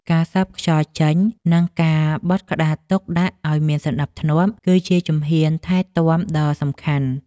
ការសប់ខ្យល់ចេញ និងការបត់ក្តារទុកដាក់ឱ្យមានសណ្ដាប់ធ្នាប់ គឺជាជំហានថែទាំដ៏សំខាន់។